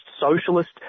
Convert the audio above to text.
socialist